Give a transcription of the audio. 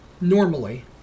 normally